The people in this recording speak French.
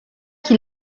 qui